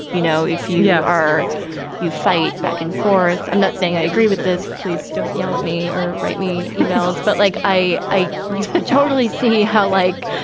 you know, if you yeah are you fight back and forth. i'm not saying i agree with this. please don't yell at me or write me emails but like i i you totally see how like,